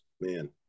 man